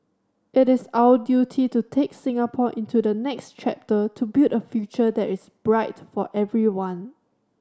it is our duty to take Singapore into the next chapter to build a future that is bright for everyone